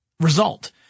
result